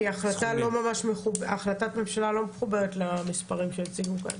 כי החלטת הממשלה לא מחוברת למספרים שהציגו כאן.